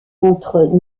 entre